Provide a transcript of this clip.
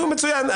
מצוין.